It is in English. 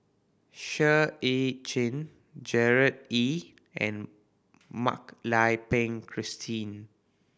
Seah Eu Chin Gerard Ee and Mak Lai Peng Christine